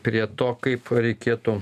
prie to kaip reikėtų